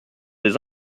des